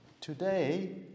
Today